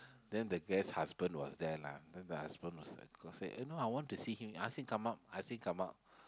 then the guest husband was there lah then the husband was like go say eh no I want to see him ask him come out ask him come out